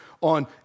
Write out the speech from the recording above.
on